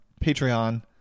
patreon